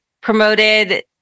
promoted